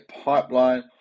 pipeline